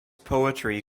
poetry